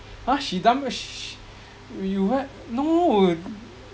!huh! she dum~ meh she sh~ you what no